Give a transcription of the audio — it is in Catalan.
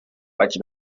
vaig